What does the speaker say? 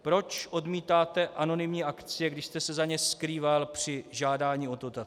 Proč odmítáte anonymní akcie, když jste se za ně skrýval při žádání o dotaci?